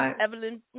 Evelyn